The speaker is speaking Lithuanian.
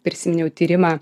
prisiminiau tyrimą